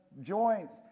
joints